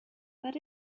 that